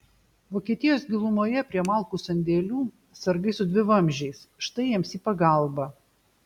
vokietijos gilumoje prie malkų sandėlių sargai su dvivamzdžiais štai jiems į pagalbą